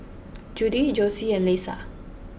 Judy Jossie and Lesa